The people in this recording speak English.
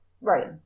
Right